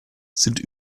sind